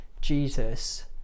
Jesus